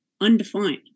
undefined